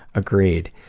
agreed.